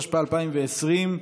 התשפ"א 2020,